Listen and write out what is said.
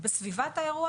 בסביבת האירוע.